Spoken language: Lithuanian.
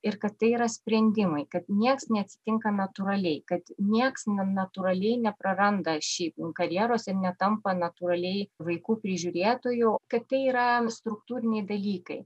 ir kad tai yra sprendimai kad nieks neatsitinka natūraliai kad nieks ne natūraliai nepraranda šiaip karjeros ir netampa natūraliai vaikų prižiūrėtoju kad tai yra struktūriniai dalykai